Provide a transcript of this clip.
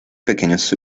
pequeños